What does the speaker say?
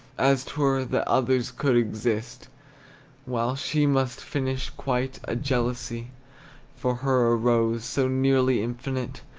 as t were. that others could exist while she must finish quite, a jealousy for her arose so nearly infinite.